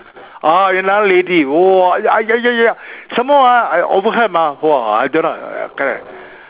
ah with another lady !whoa! I ya ya ya ya some more ah I overheard mah !whoa! I don't know ah correct